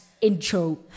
intro